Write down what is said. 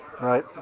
right